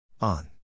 on